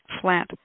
flat